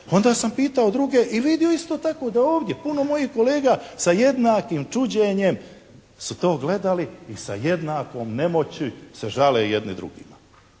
Onda sam pitao i druge i vidio isto tako da ovdje puno mojih kolega sa jednakim čuđenjem su to gledali i sa jednakom nemoći se žale jedni drugima.